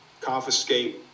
confiscate